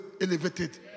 elevated